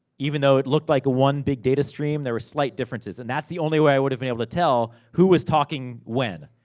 even though it looked like one big data stream, there were slight differences. and that's the only way i would've been able to tell, who was talking when.